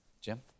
Jim